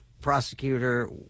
prosecutor